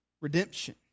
redemption